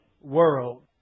world